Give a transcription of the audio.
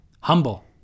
humble